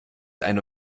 eine